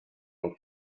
und